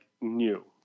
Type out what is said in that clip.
new